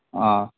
ആ